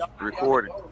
Recording